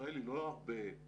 ישראל היא לא הרבה דוגמה,